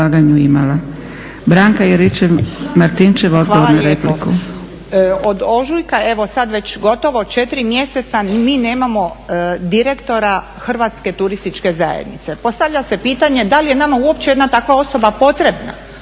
Hvala lijepo. Od ožujka, evo sada već gotovo četiri mjeseca mi nemamo direktora Hrvatske turističke zajednice. Postavlja se pitanje da li je nama uopće takva jedna osoba potrebna